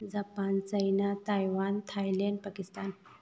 Japan China Taiwan Thailand Pakistan